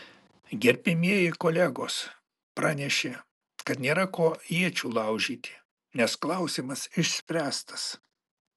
gerbiamieji kolegos pranešė kad nėra dėl ko iečių laužyti nes klausimas išspręstas